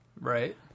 Right